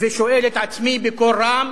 ושואל את עצמי בקול רם